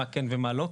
מה כן ומה לא,